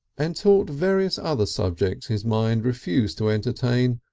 and taught various other subjects his mind refused to entertain,